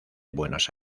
buenos